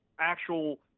actual